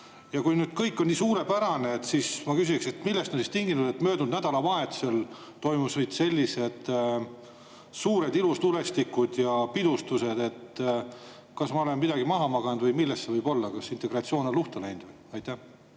Ja kui nüüd kõik on nii suurepärane, siis ma küsiksin: millest on tingitud, et möödunud nädalavahetusel toimusid meil sellised suured ilutulestikud ja pidustused? Kas ma olen midagi maha maganud? Millest see võib olla? Kas integratsioon on luhta läinud? Aitäh!